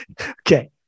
okay